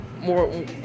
more